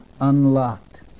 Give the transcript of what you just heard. unlocked